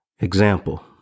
Example